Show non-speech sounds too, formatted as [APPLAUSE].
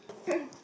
[COUGHS]